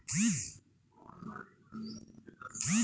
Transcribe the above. would বা কাঠ আমরা গাছের ডাল থেকেও পেয়ে থাকি